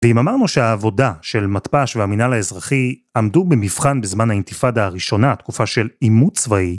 ואם אמרנו שהעבודה של מטפש והמינל האזרחי עמדו במבחן בזמן האינתיפאדה הראשונה, התקופה של אימוץ צבאי,